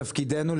תפקידנו,